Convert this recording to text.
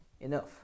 enough